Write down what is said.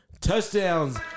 touchdowns